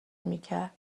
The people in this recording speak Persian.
میکر